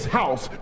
house